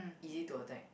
easy to attack